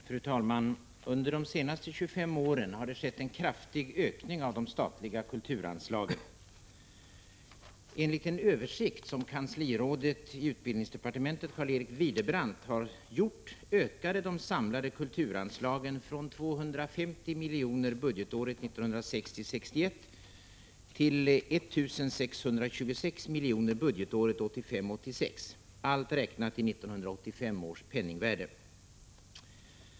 Fru talman! Under de senaste 25 åren har det skett en kraftig ökning av de statliga kulturanslagen. Enligt en översikt som kanslirådet i utbildningsde partementet Carl-Eric Virdebrant har gjort, ökade de samlade kulturanslagen från 250 miljoner budgetåret 1960 86, allt räknat i 1985 års penningvärde.